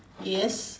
yes